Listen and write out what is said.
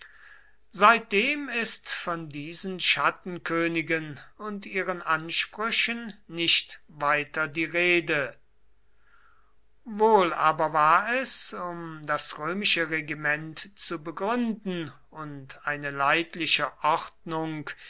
seitdem ist von diesen schattenkönigen und ihren ansprüchen nicht weiter die rede wohl aber war es um das neue römische regiment zu begründen und eine leidliche ordnung